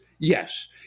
Yes